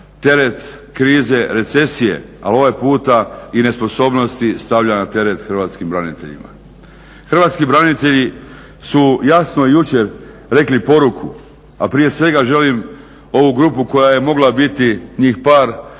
teret krize, recesije, ali ovaj puta i nesposobnosti stavlja na teret hrvatskim braniteljima. Hrvatski branitelji su jasno jučer rekli poruku, a prije svega želim ovu grupu koja je mogla biti njih par